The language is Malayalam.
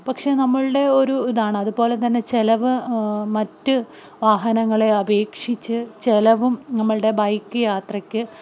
പക്ഷെ നമ്മുടെ ഒരിതാണ് അതുപോലെ തന്നെ ചെലവ് മറ്റ് വാഹനങ്ങളെ അപേക്ഷിച്ച് ചെലവും നമ്മുടെ ബൈക്ക് യാത്രയ്ക്ക്